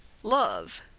love,